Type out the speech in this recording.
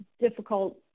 difficult